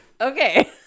Okay